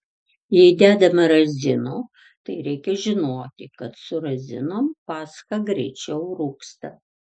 jei dedama razinų tai reikia žinoti kad su razinom pascha greičiau rūgsta